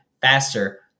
faster